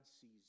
sees